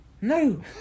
no